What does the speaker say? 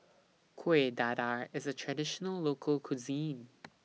Kueh Dadar IS A Traditional Local Cuisine